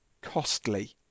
costly